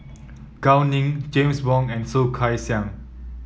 Gao Ning James Wong and Soh Kay Xiang